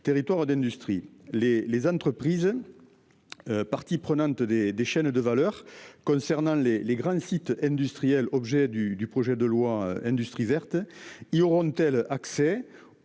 territoires d'industrie les les entreprises. Partie prenante des des chaînes de valeur concernant les, les grands sites industriels objet du, du projet de loi industrie verte il auront telle accès.